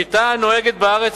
השיטה הנוהגת בארץ,